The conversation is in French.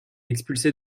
expulsé